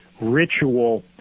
ritual